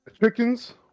Chickens